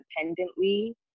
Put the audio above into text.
independently